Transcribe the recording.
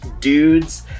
dudes